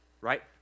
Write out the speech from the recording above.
right